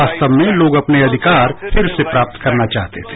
वास्तव में लोग अपने अधिकार फिर से प्राप्त करना चाहते थे